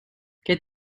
què